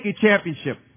championship